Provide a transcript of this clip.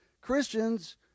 Christians